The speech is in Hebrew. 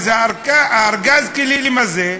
אז ארגז הכלים הזה,